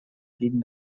gegen